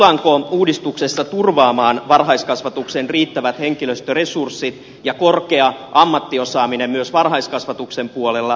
tullaanko uudistuksessa turvaamaan varhaiskasvatuksen riittävät henkilöstöresurssit ja korkea ammattiosaaminen myös varhaiskasvatuksen puolella